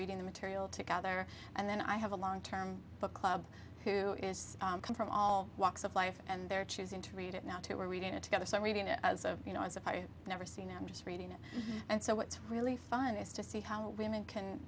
reading the material together and then i have a long term book club who is from all walks of life and they're choosing to read it now too we're reading it together so i'm reading it so you know as if i never see them just reading it and so what's really fun is to see how women can